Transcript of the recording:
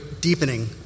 deepening